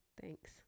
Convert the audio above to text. Thanks